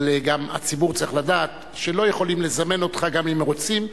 אבל גם הציבור צריך לדעת שלא יכולים לזמן אותך גם אם רוצים,